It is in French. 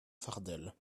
fardel